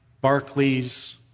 Barclays